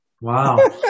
Wow